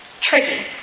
Tricky